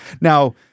Now